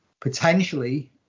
potentially